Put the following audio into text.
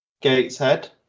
Gateshead